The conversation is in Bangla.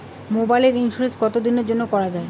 মোবাইলের ইন্সুরেন্স কতো দিনের জন্যে করা য়ায়?